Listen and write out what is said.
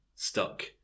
Stuck